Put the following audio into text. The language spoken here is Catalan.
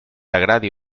agradi